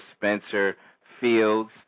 Spencer-Fields